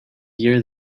year